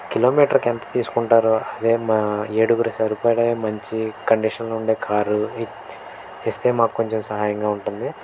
కిలోమీటర్కి ఎంత తీసుకుంటారు అదే మా ఏడుగురి సరిపడే మంచి కండిషన్లో ఉండే కారు ఇస్తే మాకు కొంచెం సహాయంగా ఉంటుంది